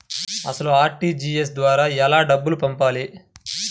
అసలు అర్.టీ.జీ.ఎస్ ద్వారా ఎలా డబ్బులు పంపాలి?